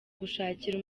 gushakira